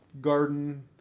garden